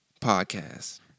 podcast